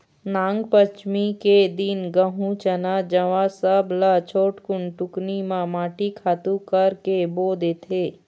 नागपंचमी के दिन गहूँ, चना, जवां सब ल छोटकुन टुकनी म माटी खातू करके बो देथे